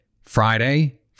Friday